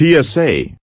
PSA